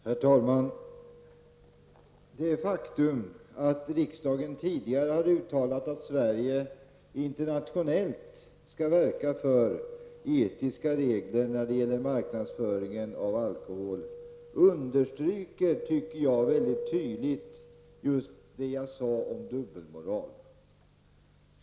Herr talman! Det faktum att riksdagen tidigare har uttalat att Sverige internationellt skall verka för etiska regler för marknadsföring av alkohol understryker mycket tydligt det jag sade om dubbelmoral.